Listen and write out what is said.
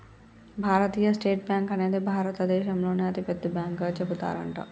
భారతీయ state bank అనేది భారత దేశంలోనే అతి పెద్ద బ్యాంకు గా చెబుతారట